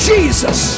Jesus